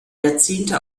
jahrzehnte